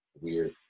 weird